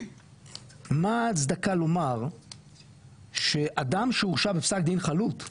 מה ההצדקה לומר שאדם שהורשע בפסק דין חלוט,